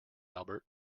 albert